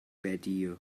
patio